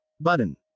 Button